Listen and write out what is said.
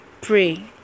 pray